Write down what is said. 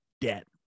debt